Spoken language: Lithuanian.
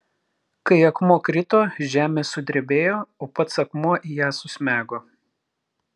kai akmuo krito žemė sudrebėjo o pats akmuo į ją susmego